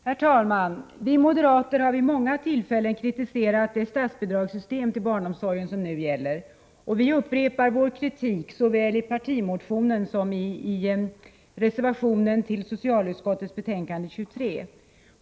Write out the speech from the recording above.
Herr talman! Vi moderater har vid många tillfällen kritiserat det statsbidragssystem för barnomsorgen som nu gäller. Vi upprepar vår kritik såväl i partimotionen som i reservation till socialutskottets betänkande 23.